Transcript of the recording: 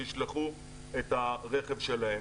שישלחו את הרכב שלהם,